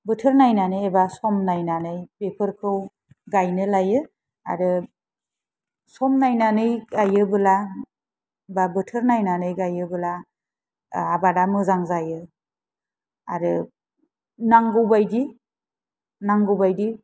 बोथोर नायनानै बा सम नायनानै बेफोरखौ गायनो लायो आरो सम नायनानै गायोबोला बि बोथोर नायनानै गायोबोला आबादा मोजां जायो आरो नांगौबायदि नांगौबायदि